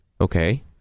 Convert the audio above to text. okay